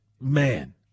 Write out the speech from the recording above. man